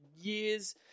years